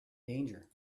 danger